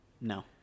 no